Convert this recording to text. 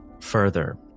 further